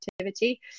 activity